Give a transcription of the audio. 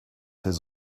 his